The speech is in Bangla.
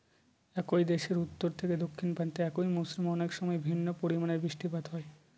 একই দেশের উত্তর থেকে দক্ষিণ প্রান্তে একই মরশুমে অনেকসময় ভিন্ন পরিমানের বৃষ্টিপাত হয়